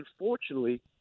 unfortunately